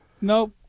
Nope